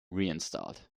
reinstalled